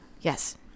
Yes